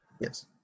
yes